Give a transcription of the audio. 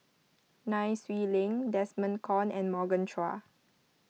Nai Swee Leng Desmond Kon and Morgan Chua